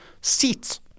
seats